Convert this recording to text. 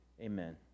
Amen